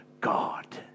God